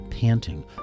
panting